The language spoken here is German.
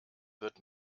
wird